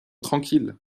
tranquille